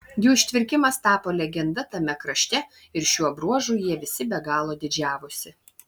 jų ištvirkimas tapo legenda tame krašte ir šiuo bruožu jie visi be galo didžiavosi